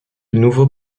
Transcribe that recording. nouveaux